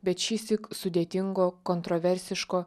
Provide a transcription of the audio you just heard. bet šįsyk sudėtingo kontroversiško